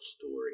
story